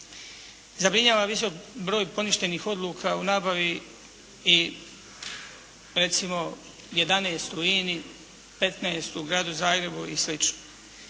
Zabrinjava visok broj poništenih odluka u nabavi i recimo 11 u INA-i, 15 u gradu Zagrebu i